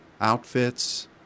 outfits